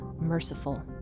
merciful